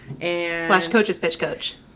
Slash-coaches-pitch-coach